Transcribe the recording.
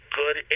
good